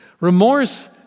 Remorse